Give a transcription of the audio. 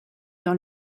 dans